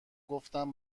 گفتم